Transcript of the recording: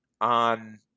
on